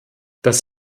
das